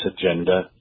agenda